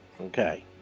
okay